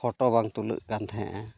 photo ᱵᱟᱝ ᱛᱩᱞᱟᱹᱜ ᱠᱟᱱ ᱛᱟᱦᱮᱸᱜᱼᱟ